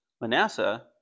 Manasseh